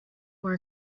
were